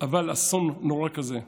אסון נורא כזה,